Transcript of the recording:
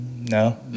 no